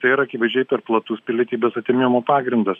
tai yra akivaizdžiai per platus pilietybės atėmimo pagrindas